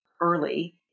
early